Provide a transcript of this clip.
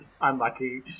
unlucky